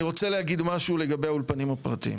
אני רוצה להגיד משהו לגבי האולפנים הפרטיים.